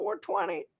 420